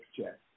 check